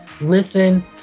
listen